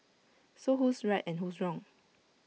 so who's right and who's wrong